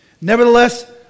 Nevertheless